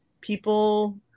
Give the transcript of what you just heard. people